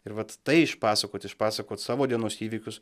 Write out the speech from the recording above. ir vat tai išpasakot išpasakot savo dienos įvykius